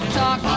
talk